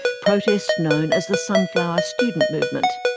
protests known as the sunflower student movement.